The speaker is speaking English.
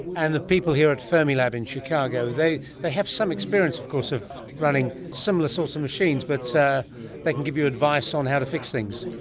and the people here at fermilab in chicago, they they have some experience of course of running similar sorts of machines, but so they can give you advice on how to fix things.